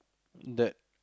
that